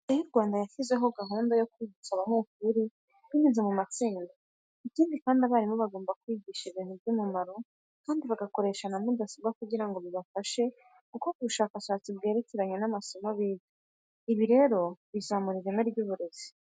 Leta y'u Rwanda yashyizemo gahunda yo kwigisha abanyeshuri binyuze mu matsinda. Ikindi kandi, abarimu bagomba kwigisha ibintu by'umumaro kandi bagakoresha na mudasobwa kugira ngo ibafasha gukora ubushakashatsi bwerekeranye n'amasomo biga. Ibi rero bizazamura ireme ry'uburezi.